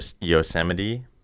Yosemite